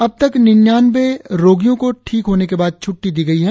अबतक निन्यानवें रोगियों को ठीक होने के बाद छ्ट्टी दी गई है